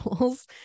rules